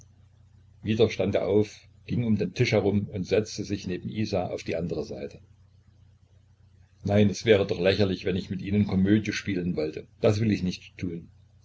wieder stand er auf ging um den tisch herum und setzte sich neben isa auf die andre seite nein es wäre doch zu lächerlich wenn ich mit ihnen komödie spielen wollte das will ich nicht tun